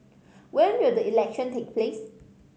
when will the election take place